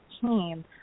team